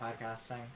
podcasting